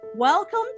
Welcome